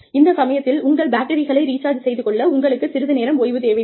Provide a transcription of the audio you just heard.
இந்த சமயத்தில் உங்கள் பேட்டரிகளை ரீசார்ஜ் செய்து கொள்ள உங்களுக்கு சிறிது நேரம் ஓய்வு தேவைப்படும்